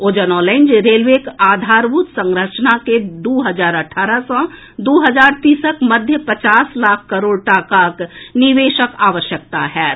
ओ जनौलनि जे रेलवेक आधारभूत संरचना के दू हजार अठारह सॅ दू हजार तीसक मध्य पचास लाख करोड़ टाकाक निवेशक आवश्यकता होएत